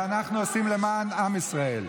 ואנחנו עושים למען עם ישראל.